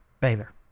Baylor